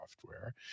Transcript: software